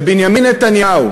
ובנימין נתניהו,